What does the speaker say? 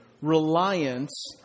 reliance